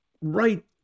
right